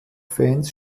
fans